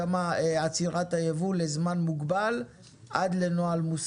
ושעצירת היבוא לזמן מוגבל תהיה בהסכמה עד לנוהל מוסכם?